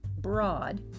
broad